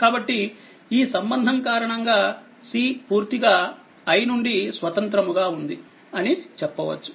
కాబట్టి ఈ సంబంధం కారణంగా Cపూర్తిగా i నుండి స్వతంత్రముగా ఉంది అని చెప్పవచ్చు